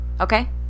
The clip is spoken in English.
okay